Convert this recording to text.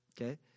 Okay